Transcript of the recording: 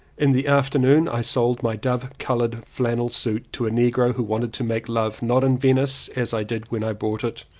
in the afternoon i sold my dove-coloured flannel suit to a negro who wanted to make love, not in venice as i did when i bought it,